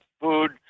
food